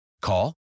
Call